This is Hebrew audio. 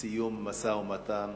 סיום המשא-ומתן